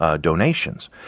Donations